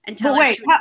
Wait